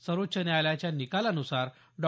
सर्वोच्च न्यायालयाच्या निकालानुसार डॉ